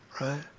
right